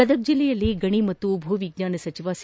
ಗದಗ ಜಿಲ್ಲೆಯಲ್ಲಿ ಗಣಿ ಮತ್ತು ಭೂ ವಿಜ್ಞಾನ ಸಚಿವ ಸಿ